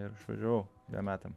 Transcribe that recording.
ir išvažiavau dviem metam